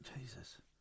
Jesus